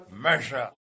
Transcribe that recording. measure